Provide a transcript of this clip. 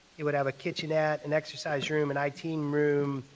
it would have a kitchenette, and exercise room, and i t. room,